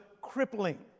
crippling